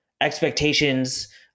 expectations